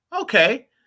Okay